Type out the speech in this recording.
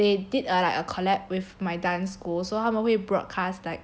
they did like a collab with my dance school so 他们会 broadcast like